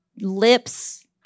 lips